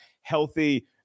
healthy